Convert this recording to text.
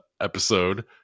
episode